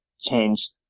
changed